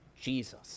Jesus